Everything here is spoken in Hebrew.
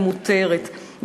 היא מותרת,